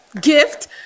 gift